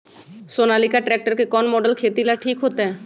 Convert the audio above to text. Sonalika tractor के कौन model खेती ला ठीक होतै?